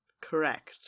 Correct